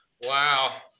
wow